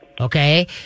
Okay